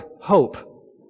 hope